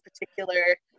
particular